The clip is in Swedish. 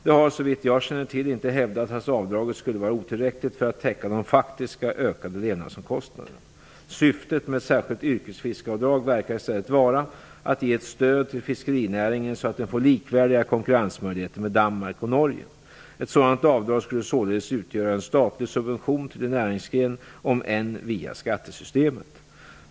Det har, såvitt jag känner till, inte hävdats att avdraget skulle vara otillräckligt för att täcka de faktiska ökade levnadsomkostnaderna. Syftet med ett särskilt yrkesfiskeavdrag verkar i stället vara att ge ett stöd till fiskerinäringen så att den får likvärdiga konkurrensmöjligheter med Danmark och Norge. Ett sådant avdrag skulle således utgöra en statlig subvention till en näringsgren, om än via skattesystemet.